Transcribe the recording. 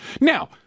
Now